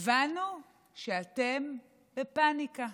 הבנו שאתם בפניקה.